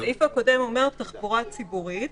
הסעיף הקודם אומר: תחבורה ציבורית.